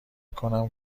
کنم